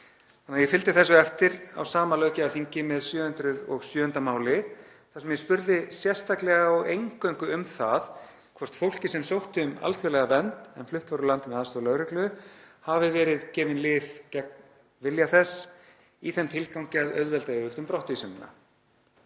haga. Ég fylgdi þessu eftir á sama löggjafarþingi með 707. máli þar sem ég spurði sérstaklega og eingöngu um það hvort fólki sem sótti um alþjóðlega vernd en var flutt úr landi með aðstoð lögreglu hafi verið gefin lyf gegn vilja þess í þeim tilgangi að auðvelda yfirvöldum brottvísunina.